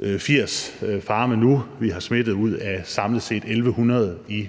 180 farme, som nu er smittet, ud af samlet set 1.100 i